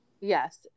Yes